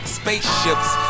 spaceships